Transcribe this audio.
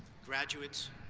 graduates,